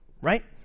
Right